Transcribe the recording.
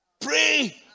Pray